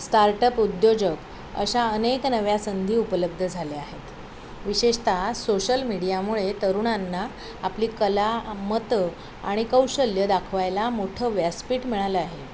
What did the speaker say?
startup उद्योजक अशा अनेक नव्या संधी उपलब्ध झाल्या आहेत विशेषत सोशल मीडियामुळे तरुणांना आपली कला मतं आणि कौशल्य दाखवायला मोठं व्यासपीठ मिळालं आहे